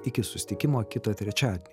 iki susitikimo kitą trečiadienį